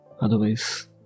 Otherwise